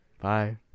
Bye